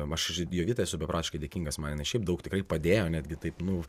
aš ir jovitai esu beprotiškai dėkingas man jinai šiaip daug tikrai padėjo netgi taip nu